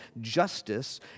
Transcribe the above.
justice